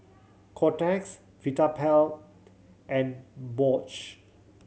Kotex Vitapet and Bosch